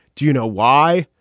do you know why?